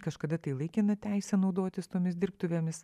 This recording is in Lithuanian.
kažkada tai laikiną teisę naudotis tomis dirbtuvėmis